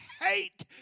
hate